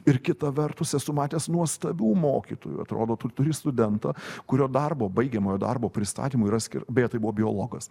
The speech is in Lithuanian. ir kita vertus esu matęs nuostabių mokytojų atrodo tu turi studentą kurio darbo baigiamojo darbo pristatymo yra skir beje tai buvo biologas